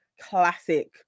classic